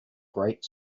great